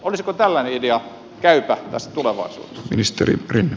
olisiko tällainen idea käypä tässä tulevaisuudessa